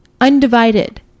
Undivided